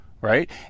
Right